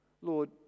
Lord